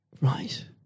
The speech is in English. Right